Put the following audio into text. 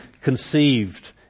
conceived